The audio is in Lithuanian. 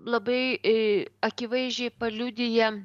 labai akivaizdžiai paliudija